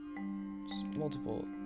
multiple